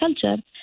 culture